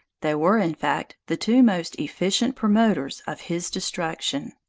they were, in fact, the two most efficient promoters of his destruction.